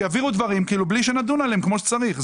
שיעבירו דברים בלי שנדון עליהם כפי שצריך.